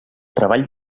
treball